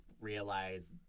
realize